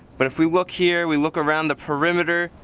but if we look here, we look around the perimeter.